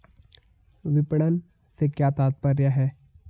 विपणन से क्या तात्पर्य है?